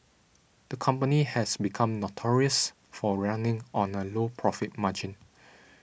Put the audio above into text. the company has become notorious for running on a low profit margin